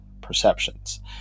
perceptions